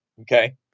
okay